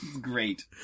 Great